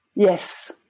Yes